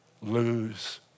lose